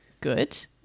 good